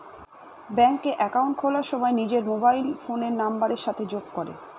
ব্যাঙ্কে একাউন্ট খোলার সময় নিজের মোবাইল ফোনের নাম্বারের সাথে যোগ করে